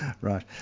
Right